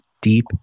deep